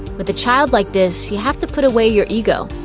with a child like this you have to put away your ego.